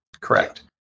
Correct